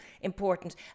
important